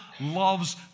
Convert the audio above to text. loves